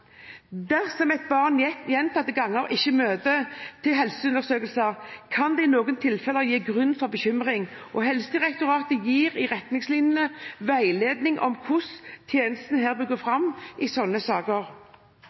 Dersom et barn gjentatte ganger ikke møter til helseundersøkelser, kan det i noen tilfeller gi grunn til bekymring. Helsedirektoratet gir i retningslinjene veiledning om hvordan tjenesten bør gå fram i slike saker.